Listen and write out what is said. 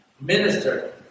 minister